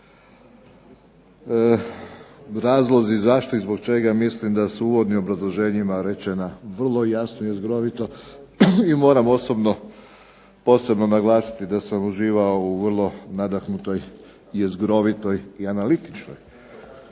Razlozi zašto i zbog čega mislim da su u uvodnim obrazloženjima rečena vrlo jasno i jezgrovito i moram osobno posebno naglasiti da sam uživao u vrlo nadahnutoj, jezgrovitoj i analitičnoj